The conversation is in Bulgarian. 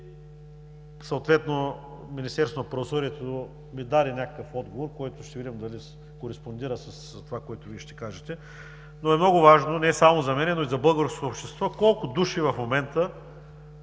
работи. Министерството на правосъдието ми даде някакъв отговор, който ще видим дали кореспондира с това, което Вие ще кажете. Много е важно не само за мен, но и за българското общество, в момента